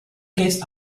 gazed